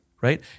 right